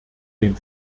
den